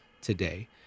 today